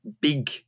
big